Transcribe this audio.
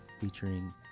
featuring